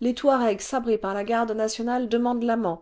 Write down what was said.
les touaregs sabrés par la garde nationale demandent